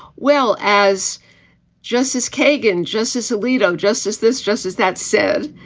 well, as justice kagan, justice alito, justice this justice that said.